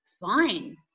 Fine